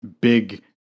big